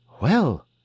Well